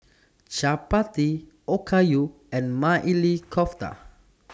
Chapati Okayu and Maili Kofta